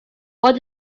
what